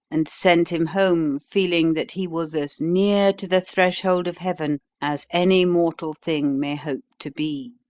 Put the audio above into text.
and sent him home feeling that he was as near to the threshold of heaven as any mortal thing may hope to be.